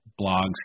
blogs